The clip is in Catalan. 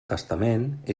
testament